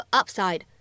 upside